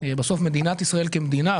בסוף מדינת ישראל כמדינה,